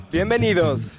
Bienvenidos